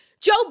Joe